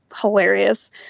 hilarious